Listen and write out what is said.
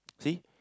see